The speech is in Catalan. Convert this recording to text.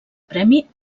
premi